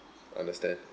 understand